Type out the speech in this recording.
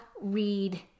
read